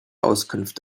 auskunft